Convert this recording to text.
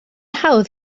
hawdd